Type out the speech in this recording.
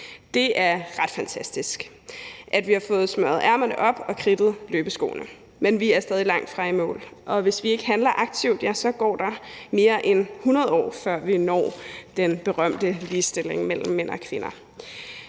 Det er ret fantastisk, at vi har fået smøget ærmerne op og kridtet løbeskoene. Men vi er stadig langtfra i mål, og hvis vi ikke handler aktivt, ja, så går der mere end 100 år, før vi når den berømte ligestilling mellem mænd og kvinder.